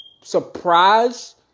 surprise